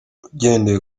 ugendeye